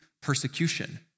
persecution